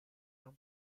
non